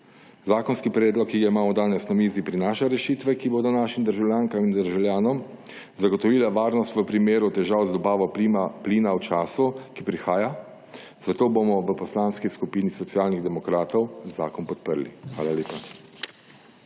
Zakonski predlog, ki ga imamo danes na mizi, prinaša rešitve, ki bodo našim državljankam in državljanom zagotovile varnost v primeru težav z dobavo plina v času, ki prihaja. Zato bomo v Poslanski skupini Socialnih demokratov zakon podprli. Hvala lepa.